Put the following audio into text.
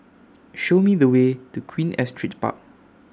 Show Me The Way to Queen Astrid Park